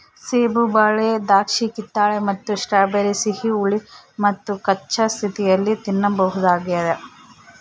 ಸೇಬು ಬಾಳೆ ದ್ರಾಕ್ಷಿಕಿತ್ತಳೆ ಮತ್ತು ಸ್ಟ್ರಾಬೆರಿ ಸಿಹಿ ಹುಳಿ ಮತ್ತುಕಚ್ಚಾ ಸ್ಥಿತಿಯಲ್ಲಿ ತಿನ್ನಬಹುದಾಗ್ಯದ